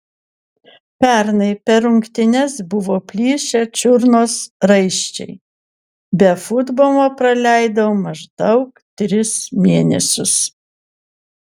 pernai per rungtynes buvo plyšę čiurnos raiščiai be futbolo praleidau maždaug tris mėnesius